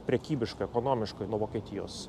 prekybiškai ekonomiškai nuo vokietijos